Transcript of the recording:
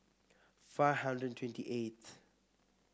five hundred and twenty eighth